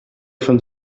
von